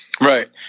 Right